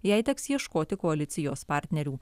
jai teks ieškoti koalicijos partnerių